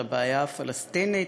על הבעיה הפלסטינית,